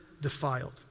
defiled